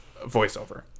voiceover